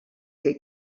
que